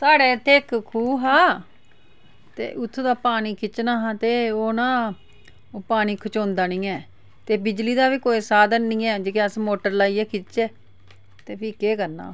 साढ़ै इत्थै इक खूह् हा ते उत्थुं दा पानी खिच्चना हा ते ओह् नां ओह् पानी खचोंदा नी ऐ ते बिजली दा बी कोई साधन नी ऐ जेह्की अस मोटर लाइयै खिचचै ते फ्ही केह् करना